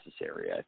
necessary